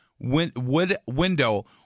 window